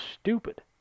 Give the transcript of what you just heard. stupid